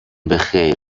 بخیر